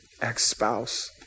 ex-spouse